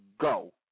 go